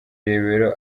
rebero